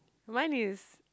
mine is